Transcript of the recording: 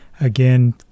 Again